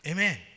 Amen